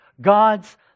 God's